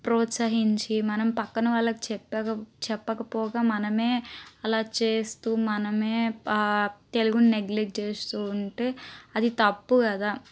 ప్రోత్సహించి మనం పక్కన వాళ్ళకు చెప్ప చెప్పకపోగా మనమే అలా చేస్తూ మనమే తెలుగుని నెగ్లెక్ట్ చేస్తూ ఉంటే అది తప్పు కదా